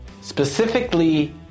specifically